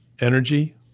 energy